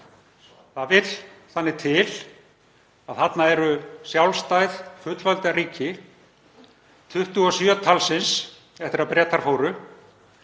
Það vill þannig til að þarna eru sjálfstæð fullvalda ríki, 27 talsins, eftir að Bretar fóru,